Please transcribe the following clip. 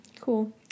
Cool